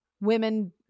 women